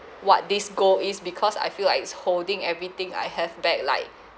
what this goal is because I feel like it's holding everything I have back like